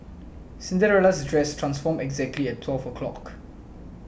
Cinderella's dress transformed exactly at twelve o'clock